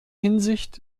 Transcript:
hinsicht